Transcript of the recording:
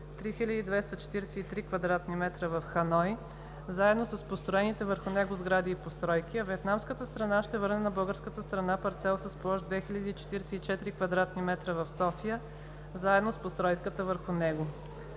3243 кв. м в Ханой, заедно с построените върху него сгради и постройки, а виетнамската страна ще върне на българската страна парцел с площ 2044 кв. м в София, заедно с постройката върху него.